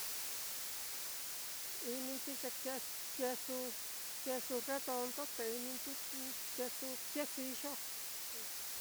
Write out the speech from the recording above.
Ininchi ye ke-kesu kesu redondo, te ininchi kesu quesillo.